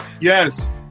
yes